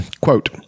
quote